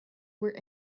were